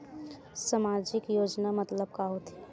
सामजिक योजना मतलब का होथे?